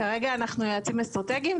כרגע אנחנו יועצים אסטרטגיים,